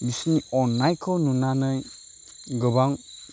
बिसोरनि अन्नायखौ नुनानै गोबां